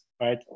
right